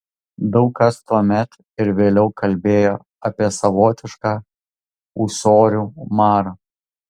daug kas tuomet ir vėliau kalbėjo apie savotišką ūsorių marą